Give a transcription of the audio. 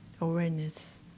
awareness